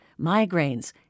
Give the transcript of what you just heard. migraines